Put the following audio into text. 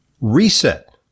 Reset